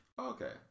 Okay